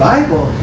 Bible